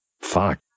Fuck